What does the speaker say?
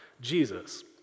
Jesus